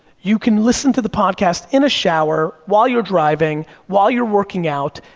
you can listen to the podcast in a shower, while you're driving, while you're working out,